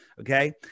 Okay